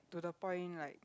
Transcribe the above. to the point like